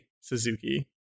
Suzuki